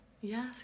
Yes